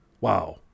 Wow